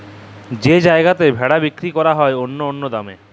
যেই জায়গাতে ভেড়া বিক্কিরি ক্যরা হ্যয় অল্য অল্য দামে